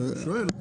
לא, אני שואל.